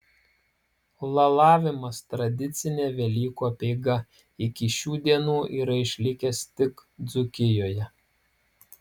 lalavimas tradicinė velykų apeiga iki šių dienų yra išlikęs tik dzūkijoje